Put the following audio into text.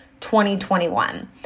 2021